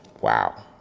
wow